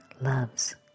loves